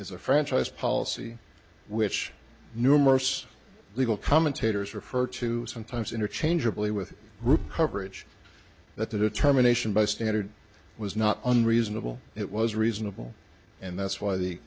is a franchise policy which numerous legal commentators refer to sometimes interchangeably with recovery that the determination by standard was not unreasonable it was reasonable and that's why the